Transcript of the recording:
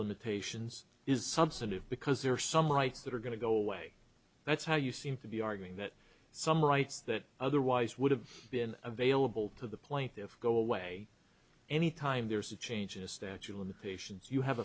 limitations is substantive because there are some rights that are going to go away that's how you seem to be arguing that some rights that otherwise would have been available to the point of go away any time there's a change in a statue of the patients you have